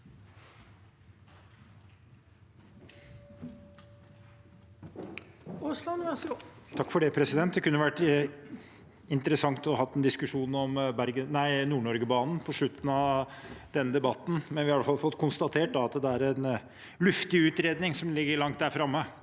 Aasland Det kunne vært interessant å ha en diskusjon om Nord-Norge-banen på slutten av denne debatten. Men vi har iallfall fått konstatert at det er en luftig utredning som ligger langt der framme.